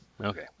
Okay